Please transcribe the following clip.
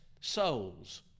souls